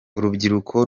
urubyiruko